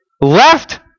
left